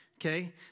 Okay